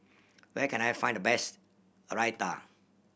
where can I find the best Raita